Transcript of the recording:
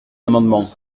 amendements